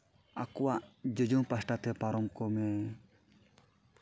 ᱟᱠᱚᱣᱟᱜ ᱡᱚᱡᱚᱢ ᱯᱟᱥᱴᱟᱛᱮ ᱯᱟᱨᱚᱢ ᱠᱚᱢᱮ